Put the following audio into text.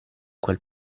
quel